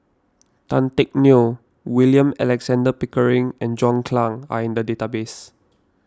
Tan Teck Neo William Alexander Pickering and John Clang are in the database